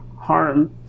harm